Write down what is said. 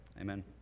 Amen